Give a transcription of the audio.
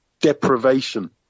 deprivation